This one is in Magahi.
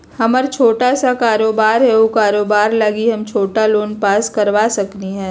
हमर छोटा सा कारोबार है उ कारोबार लागी हम छोटा लोन पास करवा सकली ह?